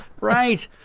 right